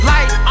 Light